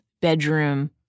bedroom